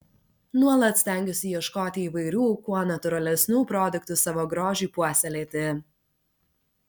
nuolat stengiuosi ieškoti įvairių kuo natūralesnių produktų savo grožiui puoselėti